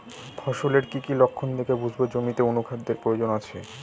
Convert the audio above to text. ফসলের কি কি লক্ষণ দেখে বুঝব জমিতে অনুখাদ্যের প্রয়োজন আছে?